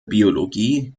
biologie